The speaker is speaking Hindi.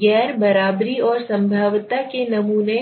गैर बराबरी और संभाव्यता के नमूने